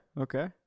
Okay